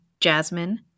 jasmine